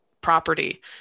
property